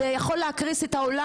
זה יכול להטריף את העולם.